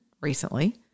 recently